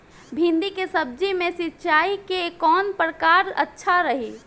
भिंडी के सब्जी मे सिचाई के कौन प्रकार अच्छा रही?